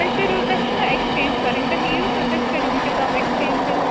تُہۍ کٔرو تۄہہِ چھو نَہ ایٚکٕسچینج کرٕنۍ تُہۍ یِیوتہٕ تُہۍ کٔرویِم کِتابہٕ ایٚکٕسچینج تیٚلہِ